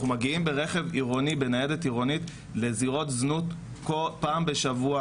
אנחנו מגיעים בניידת עירונית לזירות זנות פעם בשבוע,